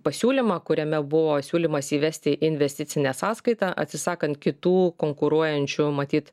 pasiūlymą kuriame buvo siūlymas įvesti investicinę sąskaitą atsisakant kitų konkuruojančių matyt